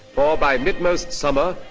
for by midmost summer,